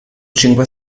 cinque